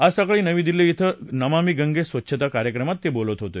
आज सकाळी नवी दिल्ली इथं नमामी गंगे स्वच्छता कार्यक्रमात ते बोलत होते